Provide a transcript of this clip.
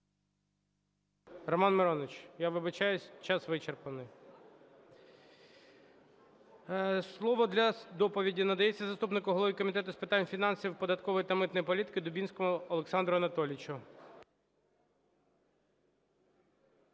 Романе Мироновичу, я вибачаюсь, час вичерпано. Слово для доповіді надається заступнику голови Комітету з питань фінансів, податкової та митної політики Дубінському Олександру Анатолійовичу.